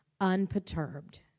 unperturbed